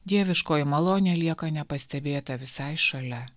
dieviškoji malonė lieka nepastebėta visai šalia